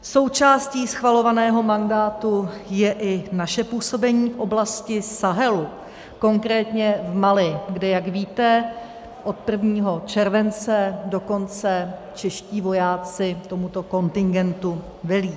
Součástí schvalovaného mandátu je i naše působení v oblasti Sahelu, konkrétně v Mali, kde, jak víte, od 1. července dokonce čeští vojáci tomuto kontingentu velí.